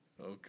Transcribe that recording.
Okay